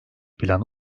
plan